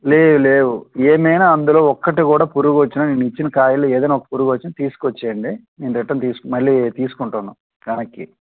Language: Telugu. లేదు లేవు ఏమన్న అందులో ఒకటి కూడా పురుగు వచ్చిన నేను ఇచ్చిన కాయలు ఏదన్న ఒక పురుగు వచ్చిన తీసుకు వచ్చేయండి నేను రిటర్న్ తీస్ మళ్ళీ తీసుకుంటాను వెనక్కి